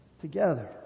together